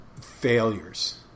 failures